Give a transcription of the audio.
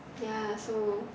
ya so